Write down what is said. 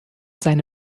seine